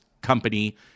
company